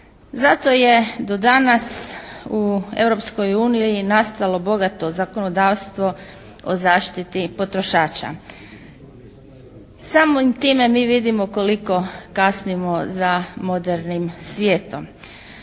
Zato je do danas u Europskoj uniji nastalo bogato zakonodavstvo o zaštiti potrošača. Samim time mi vidimo koliko kasnimo za modernim svijetom.